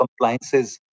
compliances